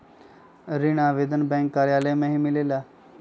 ऋण आवेदन बैंक कार्यालय मे ही मिलेला?